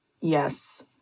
Yes